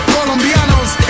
Colombianos